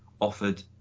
offered